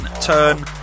turn